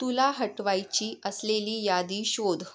तुला हटवायची असलेली यादी शोध